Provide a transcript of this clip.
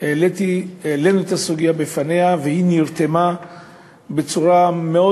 העלינו את הסוגיה בפניה והיא נרתמה בצורה מאוד